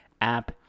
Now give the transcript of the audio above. app